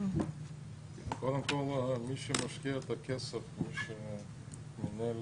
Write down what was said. קודם כל מי שמשקיע את הכסף ומי שמנהל